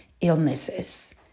illnesses